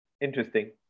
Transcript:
Interesting